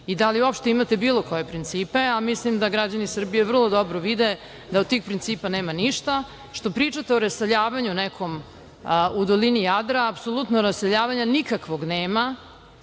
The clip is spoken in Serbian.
i da li uopšte imate bilo koje principe, a mislim da građani Srbije vrlo dobro vide da od tih principa nema ništa. Pričate o nekom raseljavanju u dolini Jadra, apsolutno raseljavanja nikakvog nema.